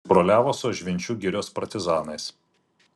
susibroliavo su ažvinčių girios partizanais